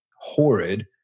horrid